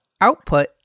output